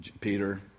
peter